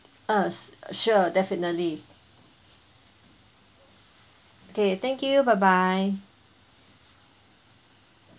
us sure definitely okay thank you bye bye